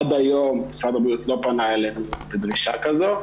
עד היום משרד הבריאות לא פנה אלינו בדרישה כזאת.